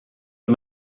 och